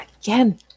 Again